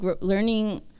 learning